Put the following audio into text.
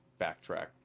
backtrack